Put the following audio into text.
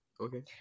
Okay